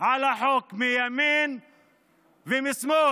על החוק, מימין ומשמאל,